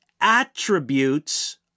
attributes